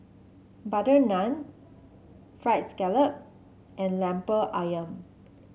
butter naan fried scallop and Lemper ayam